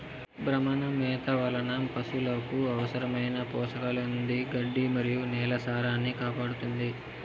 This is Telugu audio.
భ్రమణ మేత వలన పసులకు అవసరమైన పోషకాలు అంది గడ్డి మరియు నేల సారాన్నికాపాడుతుంది